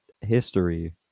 history